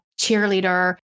cheerleader